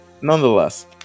nonetheless